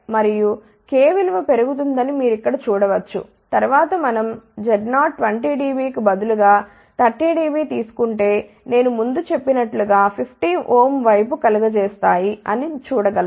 మరియుk విలువ పెరుగుతుందని మీరు ఇక్కడ చూడవచ్చు తర్వాత మనం 20 dB కి బదులుగా30 dB తీసు కుంటే నేను ముందు చెప్పినట్లు గా 50Ωవైపు కలుగజేస్తాయి అని చూడ గలరు